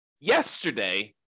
yesterday